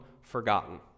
forgotten